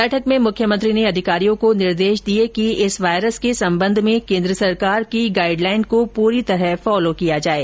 बैठक में मुख्यमंत्री ने अधिकारियों को निर्देश दिए कि इस वायरस के संबंध में केन्द्र सरकार की गाइडलाईन को पूरी तरह फॉलो किया जाये